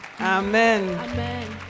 Amen